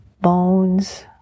bones